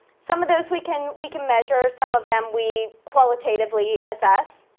some of those we can we can measure, some of them we qualitatively assess,